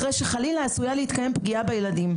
אחרי שחלילה עשויה להתקיים פגיעה בילדים.